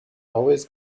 always